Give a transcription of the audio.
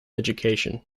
education